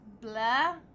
blah